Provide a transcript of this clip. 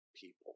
people